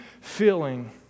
feeling